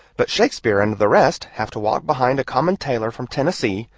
but shakespeare and the rest have to walk behind a common tailor from tennessee,